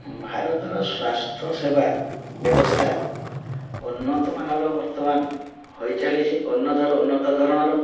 ଭାରତର ସ୍ୱାସ୍ଥ୍ୟ ସେବା ବ୍ୟବସ୍ଥା ଉନ୍ନତମାନର ବର୍ତ୍ତମାନ ହୋଇଚାଲିଛି ଉନ୍ନତରୁ ଉନ୍ନତ ଧରଣର